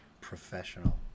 professional